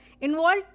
involved